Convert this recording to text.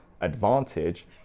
advantage